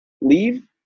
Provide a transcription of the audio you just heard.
leave